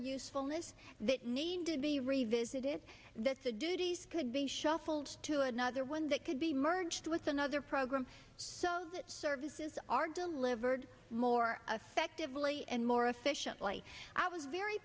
usefulness that need to be revisited that's the duties could be shuffled to another one that could be merged with another program so that services are delivered more effectively and more efficiently i was very